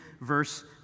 verse